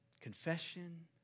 Confession